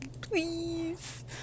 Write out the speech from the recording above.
please